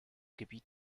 gebiet